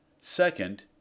Second